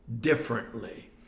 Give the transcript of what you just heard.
differently